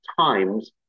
times